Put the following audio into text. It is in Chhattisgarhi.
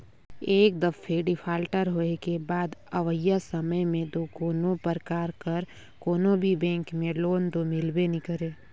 एक दफे डिफाल्टर होए के बाद अवइया समे में दो कोनो परकार कर कोनो भी बेंक में लोन दो मिलबे नी करे